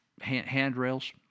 handrails